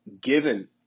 given